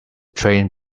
train